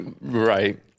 Right